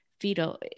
fetal